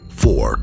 four